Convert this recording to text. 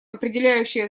определяющее